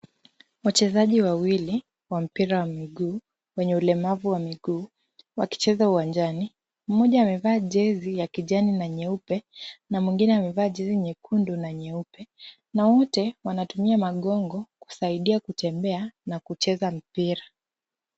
Wachezaji wawili wa mpira wa miguu wenye ulemavu wa miguu wakicheza uwanjani. Mmoja amevaa jezi ya kijani na nyeupe na mwingine amevaa jezi nyekundu na nyeupe na wote wanatumia magongo kusaidia kutembea na kucheza mpira.